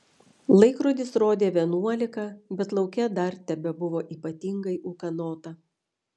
laikrodis rodė vienuolika bet lauke dar tebebuvo ypatingai ūkanota